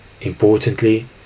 Importantly